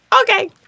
okay